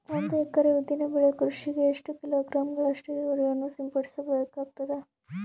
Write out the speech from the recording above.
ಒಂದು ಎಕರೆ ಉದ್ದಿನ ಬೆಳೆ ಕೃಷಿಗೆ ಎಷ್ಟು ಕಿಲೋಗ್ರಾಂ ಗಳಷ್ಟು ಯೂರಿಯಾವನ್ನು ಸಿಂಪಡಸ ಬೇಕಾಗತದಾ?